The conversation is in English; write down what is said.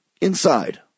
inside